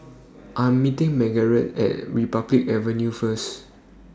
I Am meeting Margarett At Republic Avenue First